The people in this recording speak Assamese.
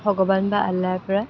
ভগৱান বা আল্লাৰ পৰা